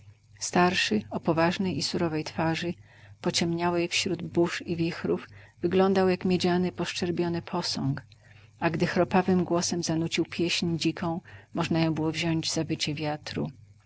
starszy o poważnej i surowej twarzy pociemniałej wśród burz i wichrów wyglądał jak miedziany poszczerbiony posąg a gdy chropawym głosem zanucił pieśń dziką można ją było wziąć za wycie wiatru